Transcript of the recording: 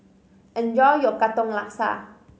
enjoy your Katong Laksa